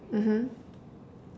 mmhmm